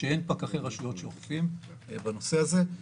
שאין פקחי רשויות שוטפים בנושא הזה.